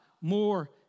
more